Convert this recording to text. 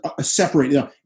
separate